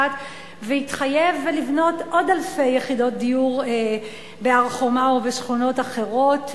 והתחייב לבנות עוד אלפי יחידות דיור בהר-חומה ובשכונות אחרות.